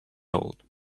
old